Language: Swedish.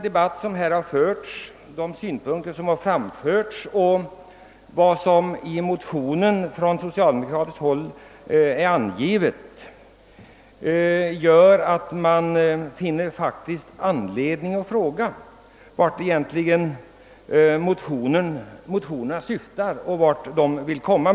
De synpunkter som framförts här i debatten och i motionerna från socialdemokratiskt håll gör att jag ställer frågan vart man egentligen vill komma.